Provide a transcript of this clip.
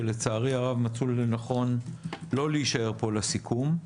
שלצערי הרב מצאו לנכון לא להישאר פה לסיכום.